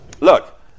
Look